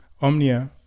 omnia